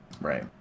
Right